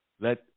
let